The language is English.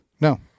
No